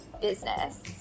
business